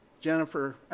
Jennifer